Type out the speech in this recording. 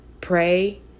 Pray